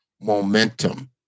momentum